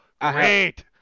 great